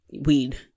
weed